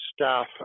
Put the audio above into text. staff